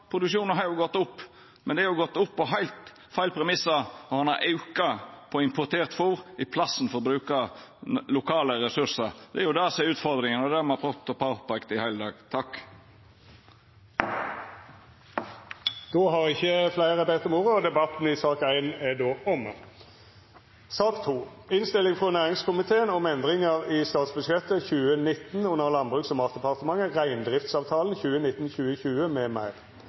produksjonen har gått opp. Men han har gått opp på heilt feil premissar når ein har auka på importert fôr i plassen for å bruka lokale ressursar. Det er jo det som er utfordringa, og det er det me har peika på i heile dag. Fleire har ikkje bedt om ordet til sak nr 1. Etter ønske frå næringskomiteen vil presidenten føreslå at taletida vert avgrensa til 3 minutt til kvar partigruppe og